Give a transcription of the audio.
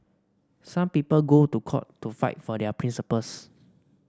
some people go to court to fight for their principles